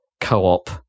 co-op